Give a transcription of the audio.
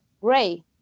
gray